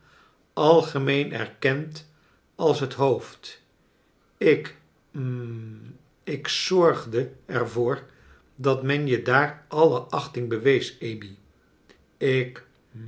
algemeen erkend als het hoofd ik hm ik zorgde er voor dat men je daar alle achting bewees amy ik